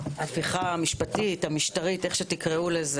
לא.